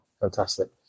Fantastic